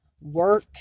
work